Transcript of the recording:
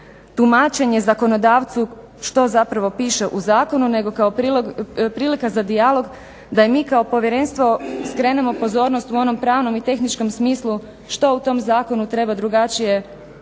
tumačenje zakonodavcu što zapravo piše u zakonu nego kao prilika za dijalog da i mi kao povjerenstvo skrenemo pozornost u onom pravnom i tehničkom smislu što u tom zakonu treba drugačije definirati